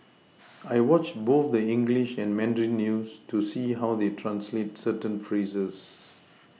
I watch both the English and Mandarin news to see how they translate certain phrases